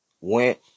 went